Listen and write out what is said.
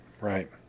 Right